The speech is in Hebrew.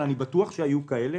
אבל אני בטוח שהיו כאלה